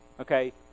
Okay